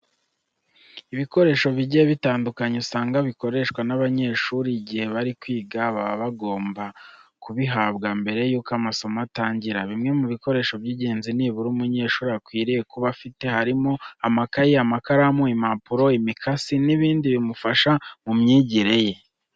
Ibikoresho bigiye bitandukanye usanga bikoreshwa n'abanyeshuri igihe bari kwiga baba bagomba kubihabwa mbere yuko amasomo atangira. Bimwe mu bikoresho by'ingenzi nibura umunyeshuri akwiye kuba afite harimo amakayi, amakaramu, impapuro, imikasi n'ibindi bimufasha mu myigire ye.